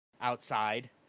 outside